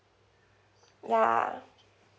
ya